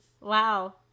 Wow